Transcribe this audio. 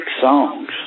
songs